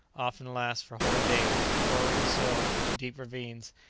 often last for whole days, furrowing the soil into deep ravines,